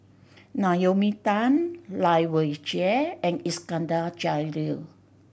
Naomi Tan Lai Weijie and Iskandar Jalil